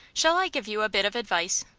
shall i give you a bit of advice?